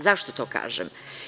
Zašto to kažem?